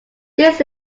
this